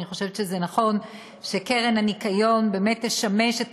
אני חושבת שזה נכון שהקרן לשמירת הניקיון תשמש את